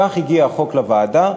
כך הגיע החוק לוועדה.